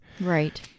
Right